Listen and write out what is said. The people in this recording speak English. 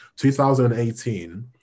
2018